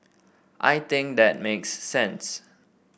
I think that makes sense